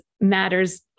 matters